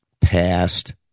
Past